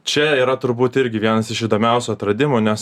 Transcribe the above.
čia yra turbūt irgi vienas iš įdomiausių atradimų nes